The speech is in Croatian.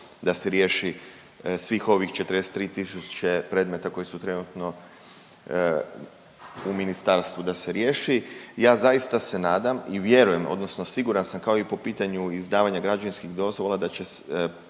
da se riješi svih ovih 43 tisuće predmeta koji su trenutno u ministarstvu da se riješi. Ja zaista se nadam i vjerujem odnosno siguran sam kao i po pitanju izdavanja građevinskih dozvola da će